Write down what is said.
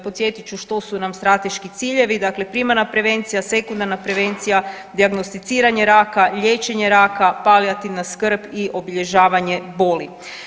Podsjetit ću što su nam strateški ciljevi, dakle primarna prevencija, sekundarna prevencija, dijagnosticiranje raka, liječenje raka, palijativna skrb i obilježavanje boli.